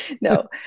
No